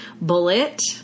Bullet